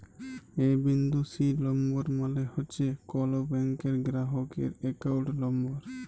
এ বিন্দু সি লম্বর মালে হছে কল ব্যাংকের গেরাহকের একাউল্ট লম্বর